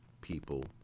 people